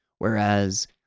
Whereas